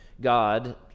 God